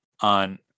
on